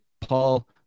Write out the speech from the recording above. Paul